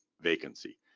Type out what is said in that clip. vacancy